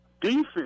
Defense